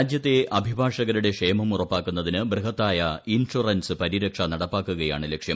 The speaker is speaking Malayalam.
രാജ്യത്തെ അഭിഭാഷകരുടെ ക്ഷേമം ഉറപ്പാക്കുന്നതിന് ബൃഹത്തായ ഇൻഷുറൻസ് പരിരക്ഷ നടപ്പാക്കുകയാണ് ലക്ഷ്യം